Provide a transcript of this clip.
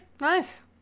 Nice